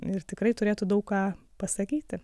ir tikrai turėtų daug ką pasakyti